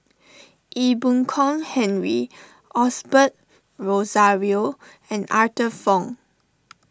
Ee Boon Kong Henry Osbert Rozario and Arthur Fong